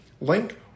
link